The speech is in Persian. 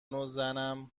وزنم